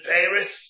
Paris